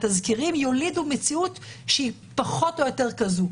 התזכירים יולידו מציאות שהיא פחות או יותר כזאת.